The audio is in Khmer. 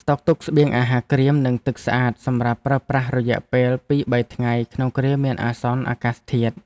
ស្តុកទុកស្បៀងអាហារក្រៀមនិងទឹកស្អាតសម្រាប់ប្រើប្រាស់រយៈពេលពីរបីថ្ងៃក្នុងគ្រាមានអាសន្នអាកាសធាតុ។